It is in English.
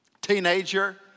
teenager